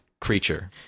creature